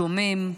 שומם,